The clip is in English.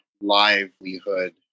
livelihood